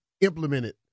implemented